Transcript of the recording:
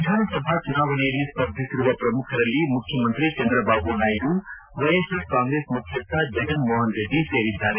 ವಿಧಾನಸಭಾ ಚುನಾವಣೆಯಲ್ಲಿ ಸ್ಪರ್ಧಿಸಿರುವ ಪ್ರಮುಖರಲ್ಲಿ ಮುಖ್ಕಮಂತ್ರಿ ಚಂದ್ರಬಾಬು ನಾಯ್ಡು ವೈಎಸ್ಆರ್ ಕಾಂಗ್ರೆಸ್ ಮುಖ್ಯಸ್ಥ ಜಗನ್ ಮೋಹನ್ ರೆಡ್ಡಿ ಸೇರಿದ್ದಾರೆ